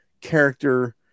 character